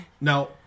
Now